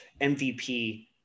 MVP